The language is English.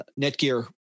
Netgear